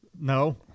No